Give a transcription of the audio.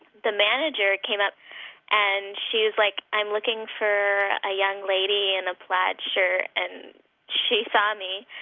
the manager came up and she is like, i'm looking for a young lady in a plaid shirt. and she saw me,